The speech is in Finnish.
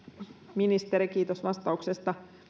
ministeri kiitos vastauksesta